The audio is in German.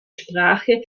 sprache